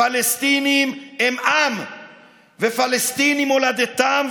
הפלסטינים הם עם ופלסטין היא מולדתם,